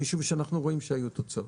משום שאנחנו רואים שהיו תוצאות.